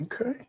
Okay